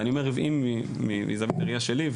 ואני אומר עוועים מזווית הראייה שלי,